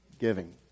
giving